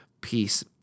peace